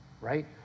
right